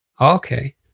Okay